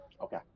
Okay